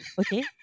okay